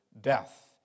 death